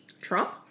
Trump